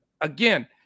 again